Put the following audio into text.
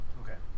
okay